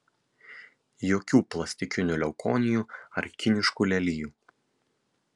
jokių plastikinių leukonijų ar kiniškų lelijų